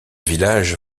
village